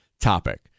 topic